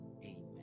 Amen